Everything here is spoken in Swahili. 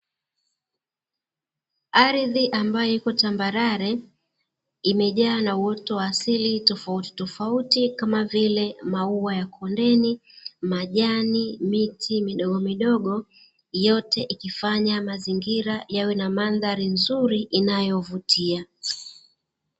Ardhi ambayo iko tambalale, imejaa na uoto wa asili tofautitofauti kama vile: maua ya kondeni, majani, miti midogo midogo; yote ikifanya mazingira yawe na mandhari nzuri inayovutia.